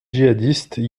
djihadistes